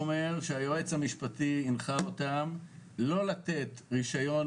אומר שהיועץ המשפטי הנחה אותם לא לתת רישיון